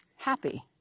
happy